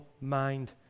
mind